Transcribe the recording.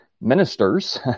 ministers